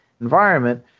environment